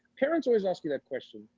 parents always ask me that question,